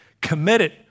committed